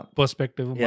perspective